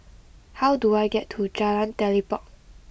how do I get to Jalan Telipok